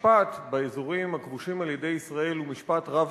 המשפט באזורים הכבושים על-ידי ישראל הוא משפט רב-שכבתי.